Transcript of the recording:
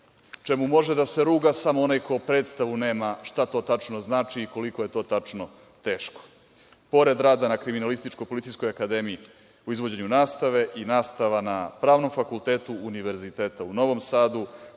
čemu može da se ruga samo onaj ko predstavu nema šta to tačno znači i koliko je to tačno teško. Pored rada na Kriminalističko-policijskoj akademiji u izvođenju nastave i nastava na Pravnom fakultetu Univerziteta u Novom Sadu,